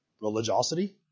religiosity